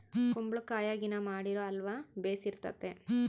ಕುಂಬಳಕಾಯಗಿನ ಮಾಡಿರೊ ಅಲ್ವ ಬೆರ್ಸಿತತೆ